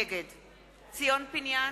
נגד ציון פיניאן,